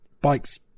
bikes